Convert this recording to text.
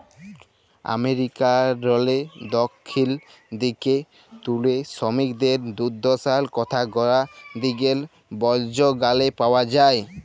আমেরিকারলে দখ্খিল দিগে তুলে সমিকদের দুদ্দশার কথা গড়া দিগের বল্জ গালে পাউয়া যায়